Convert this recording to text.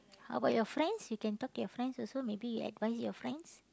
how about your friends you can talk your friends also maybe you advise your friends